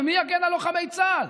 ומי יגן על לוחמי צה"ל?